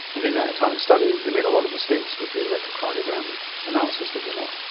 and in that italian study they made a lot of mistakes with the electrocardiogram analysis, did they not?